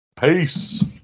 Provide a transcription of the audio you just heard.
Peace